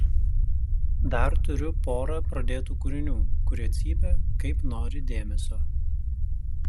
dar turiu porą pradėtų kūrinių kurie cypia kaip nori dėmesio